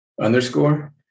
underscore